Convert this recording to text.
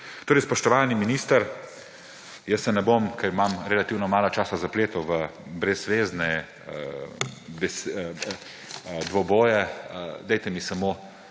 Spoštovani minister, jaz se ne bom, ker imam relativno malo časa, zapletal v brezvezne dvoboje, dajte mi samo